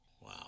Wow